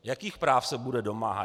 Jakých práv se bude domáhat?